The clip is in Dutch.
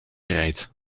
rijdt